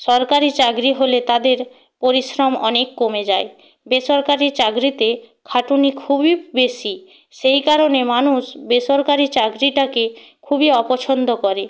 সরকারি চাকরি হলে তাদের পরিশ্রম অনেক কমে যায় বেসরকারি চাগরিতে খাটুনি খুবই বেশি সেই কারণে মানুষ বেসরকারি চাকরিটাকে খুবই অপছন্দ করে